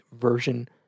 version